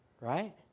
Right